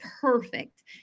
perfect